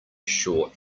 short